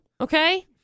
okay